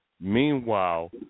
Meanwhile